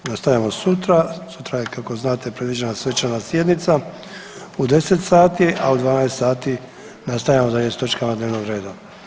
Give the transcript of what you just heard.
Nastavljamo sutra, sutra je kako znate predviđena svečana sjednica u 10 sati, a u 12 sati nastavljamo dalje s točkama dnevnog reda.